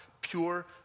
Pure